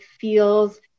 feels